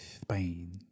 Spain